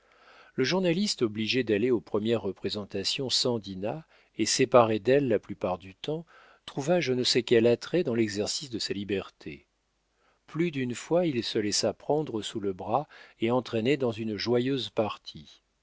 le journaliste obligé d'aller aux premières représentations sans dinah et séparé d'elle la plupart du temps trouva je ne sais quel attrait dans l'exercice de sa liberté plus d'une fois il se laissa prendre sous le bras et entraîner dans une joyeuse partie